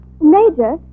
Major